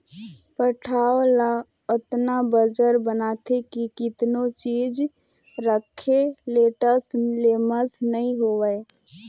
पटांव ल अतना बंजर बनाथे कि कतनो चीज राखे ले टस ले मस नइ होवय